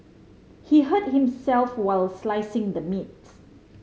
he hurt himself while slicing the meat